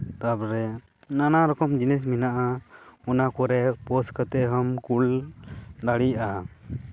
ᱛᱟᱨᱯᱚᱨᱮ ᱱᱟᱱᱟ ᱨᱚᱠᱚᱢ ᱡᱤᱱᱤᱥ ᱢᱮᱱᱟᱜᱼᱟ ᱚᱱᱟ ᱠᱚᱨᱮᱫ ᱦᱚᱸ ᱯᱳᱥᱴ ᱠᱟᱛᱮᱫ ᱮᱢ ᱠᱳᱞ ᱫᱟᱲᱮᱭᱟᱜᱼᱟ